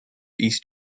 east